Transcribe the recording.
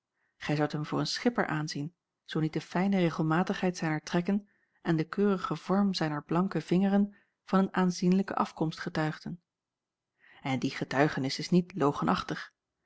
gij zoudt hem voor een schipper aanzien zoo niet de fijne regelmatigheid zijner trekken en de keurige vorm zijner blanke vingeren van een aanzienlijke afkomst getuigden en die getuigenis is niet